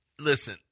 Listen